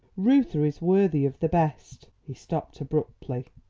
reuther is worthy of the best he stopped abruptly.